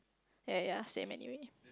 yea yea yea same anywhere